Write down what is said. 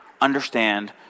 understand